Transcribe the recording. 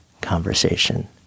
conversation